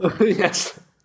Yes